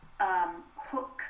hook